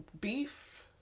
beef